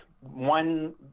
one